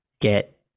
get